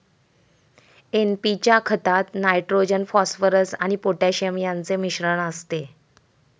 NP च्या खतात nitrogen, phosphorus आणि पोटॅशियम यांचे मिश्रण असते